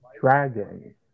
dragons